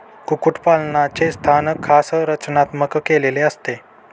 कुक्कुटपालनाचे स्थान खास रचनात्मक केलेले असते